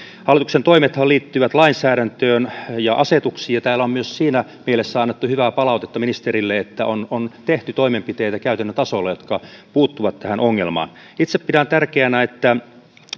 hallituksen toimethan liittyvät lainsäädäntöön ja asetuksiin ja täällä on myös siinä mielessä annettu hyvää palautetta ministerille että on on tehty toimenpiteitä käytännön tasolla jotka puuttuvat tähän ongelmaan itse pidän tärkeänä että